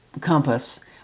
compass